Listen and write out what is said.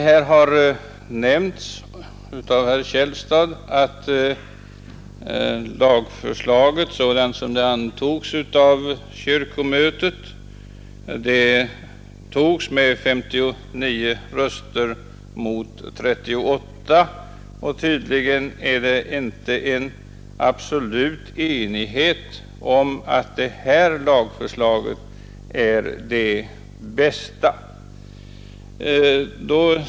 Herr Källstad har nämnt att lagförslaget antogs av kyrkomötet med 59 röster mot 38. Tydligen är det inte en absolut enighet om att det här lagförslaget är det bästa.